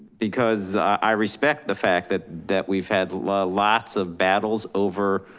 because i respect the fact that that we've had lots of battles over